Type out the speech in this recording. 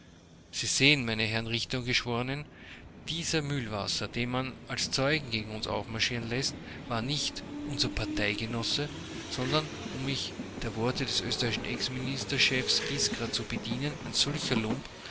sie sehen meine herren richter und geschworenen dieser mühlwasser den man als zeugen gegen uns aufmarschieren läßt war nicht unser parteigenosse sondern um mich der worte des österreichischen exministerchefs giskra zu bedienen ein solcher lump